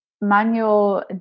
manual